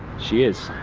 she is.